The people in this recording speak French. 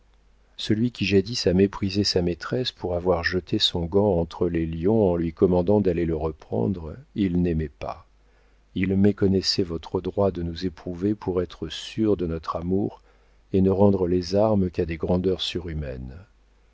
celui qui jadis a méprisé sa maîtresse pour avoir jeté son gant entre les lions en lui commandant d'aller le reprendre il n'aimait pas il méconnaissait votre droit de nous éprouver pour être sûres de notre amour et ne rendre les armes qu'à des grandeurs surhumaines